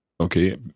Okay